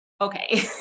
okay